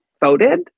voted